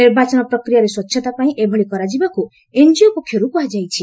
ନିର୍ବାଚନ ପ୍ରକ୍ରିୟାରେ ସ୍ୱଚ୍ଚତା ପାଇଁ ଏଭଳି କରାଯିବାକୁ ଏନ୍ଜିଓ ପକ୍ଷରୁ କୁହାଯାଇଛି